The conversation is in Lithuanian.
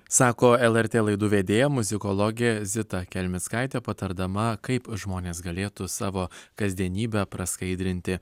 sako lrt laidų vedėja muzikologė zita kelmickaitė patardama kaip žmonės galėtų savo kasdienybę praskaidrinti